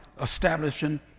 establishing